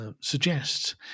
suggests